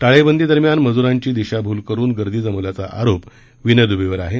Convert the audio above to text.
टाळेबंदी दरम्यान मजुरांची दिशाभूल करुन गर्दी जमवल्याचा आरोप विनय दुबेवर ठेवला आहे